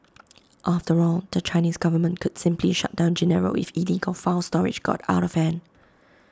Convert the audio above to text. after all the Chinese government could simply shut down Genaro if illegal file storage got out of hand